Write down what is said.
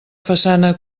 façana